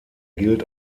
gilt